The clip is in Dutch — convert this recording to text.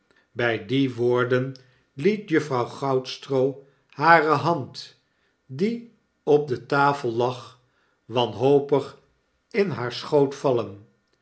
by die woorden liet juffrouw goudstroo hare a hand die op de tafel lag wanhopig in haar schoot vallen